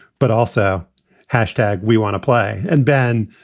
but also hashtag we want to play. and ben,